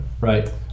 right